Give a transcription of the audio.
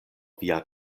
via